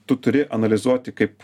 tu turi analizuoti kaip